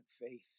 faith